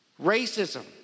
racism